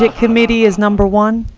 but committee is number one.